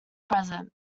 present